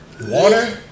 Water